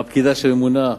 הפקידה שממונה,